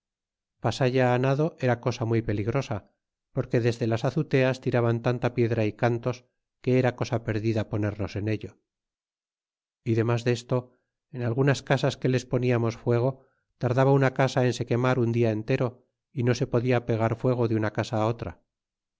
puente levadiza pasalla nado era cosa muy peligrosa porque desde las azuteas tiraban tanta piedra y cantos que era cosa perdida ponernos en ello y demas desto en algunas casas que les poniamos fuego tardaba una casa en se quemar un dia entero y no se podia pegar fuego de una casa otra